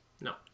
No